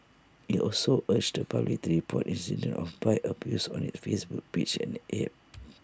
IT also urged the public to report incidents of bike abuse on its Facebook page and app